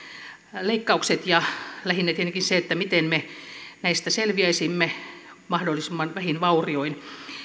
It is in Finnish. nämä kehitysyhteistyöleikkaukset ja lähinnä tietenkin se miten me näistä selviäisimme mahdollisimman vähin vaurioin